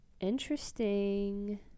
Interesting